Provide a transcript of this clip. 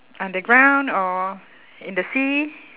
underground or in the sea